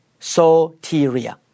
soteria